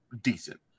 decent